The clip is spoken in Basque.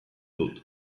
dut